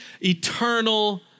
eternal